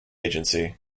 agency